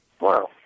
Wow